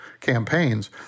campaigns